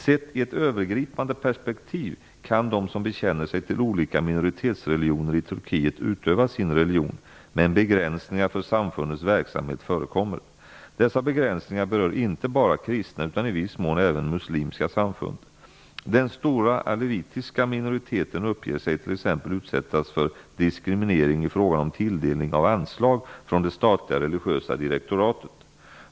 Sett i ett övergripande perspektiv kan de som bekänner sig till olika minoritetsreligioner i Turkiet utöva sin religion, men begränsningar för samfundens verksamhet förekommer. Dessa begränsningar berör inte bara kristna, utan i viss mån även muslimska samfund. Den stora alevitiska minoriteten uppger sig t.ex. utsättas för diskriminering i fråga om tilldelning av anslag från det statliga religiösa direktoratet.